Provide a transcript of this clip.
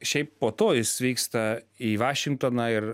šiaip po to jis vyksta į vašingtoną ir